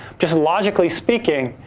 just logically speaking,